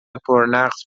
پرنقص